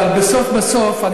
אבל בסוף בסוף,